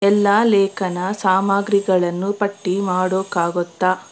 ಎಲ್ಲ ಲೇಖನ ಸಾಮಗ್ರಿಗಳನ್ನು ಪಟ್ಟಿ ಮಾಡೋಕ್ಕಾಗುತ್ತಾ